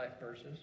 verses